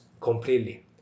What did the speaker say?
completely